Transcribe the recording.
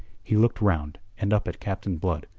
he looked round and up at captain blood,